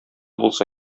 булса